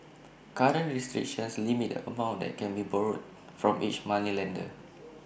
current restrictions limit the amount that can be borrowed from each moneylender